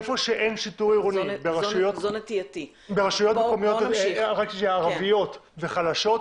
איפה שאין שיטור עירוני ברשויות מקומיות ערביות וחלשות,